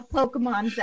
Pokemon